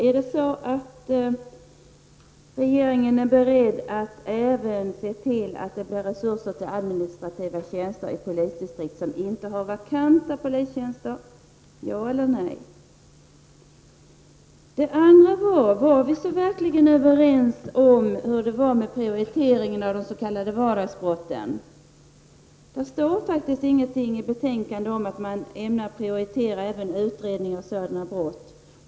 Är regeringen beredd att även se till att det blir resurser till administrativa tjänster i polisdistrikt som inte har vakanta polistjänster? Ja eller nej? Den andra frågan: Var vi verkligen så överens om hur det var med prioriteringen av de s.k. vardagsbrotten? Det står faktiskt ingenting i betänkandet om att man ämnar prioritera även utredning av sådana brott.